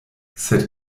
sed